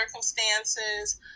circumstances